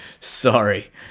Sorry